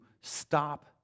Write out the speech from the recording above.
stop